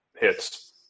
hits